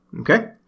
Okay